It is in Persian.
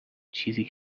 چیزی